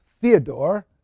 Theodore